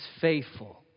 faithful